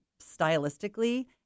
stylistically